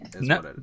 No